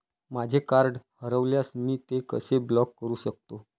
माझे कार्ड हरवल्यास मी ते कसे ब्लॉक करु शकतो?